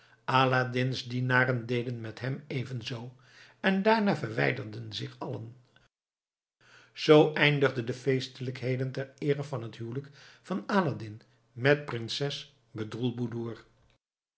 aladdins dienaren deden met hem evenzoo en daarna verwijderden zich allen zoo eindigden de feestelijkheden ter eere van het huwelijk van aladdin met prinses